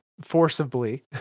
forcibly